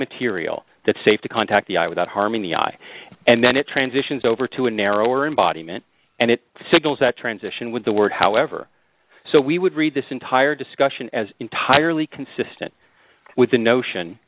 material that's safe to contact the eye without harming the eye and then it transitions over to a narrower embodiment and it signals that transition with the word however so we would read this entire discussion as entirely consistent with the notion